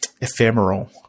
ephemeral